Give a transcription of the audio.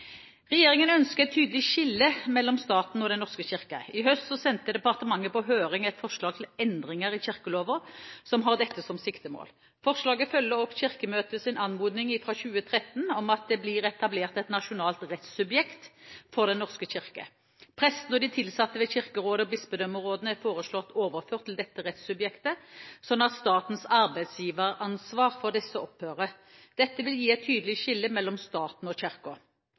Regjeringen ønsker et tydelig skille mellom staten og Den norske kirke. I høst sendte departementet på høring et forslag til endringer i kirkeloven som har dette som siktemål. Forslaget følger opp Kirkemøtets anmodning fra 2013 om at det blir etablert et nasjonalt rettssubjekt for Den norske kirke. Prestene og de tilsatte ved Kirkerådet og bispedømmerådene er foreslått overført til dette rettssubjektet, sånn at statens arbeidsgiveransvar for disse opphører. Dette vil gi et tydelig skille mellom staten og